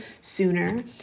sooner